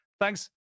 Thanks